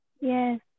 Yes